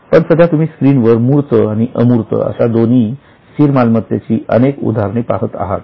पणसध्या तुम्ही स्क्रीनवर मूर्त आणि अमूर्त अशा दोन्ही स्थिर मालमत्तेची अनेक उदाहरणे पाहत आहात